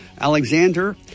Alexander